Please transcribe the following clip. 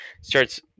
starts